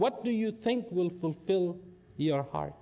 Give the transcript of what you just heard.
what do you think will fulfill your heart